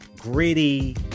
gritty